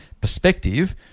perspective